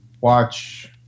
watch